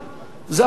זו הפרוצדורה.